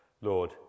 Lord